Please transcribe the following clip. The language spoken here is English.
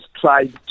tried